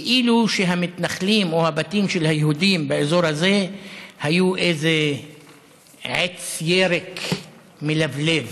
כאילו שהמתנחלים או הבתים של היהודים באזור הזה היו איזה עץ ירק מלבלב,